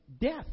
death